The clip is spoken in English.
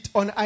on